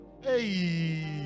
Hey